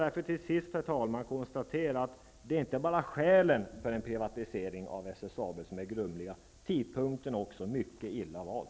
Låt mig till sist konstatera att det inte bara är skälen för en privatisering av SSAB som är grumliga. Också tidpunkten är mycket illa vald.